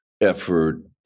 effort